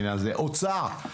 האוצר,